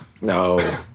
No